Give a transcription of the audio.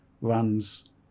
runs